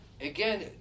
again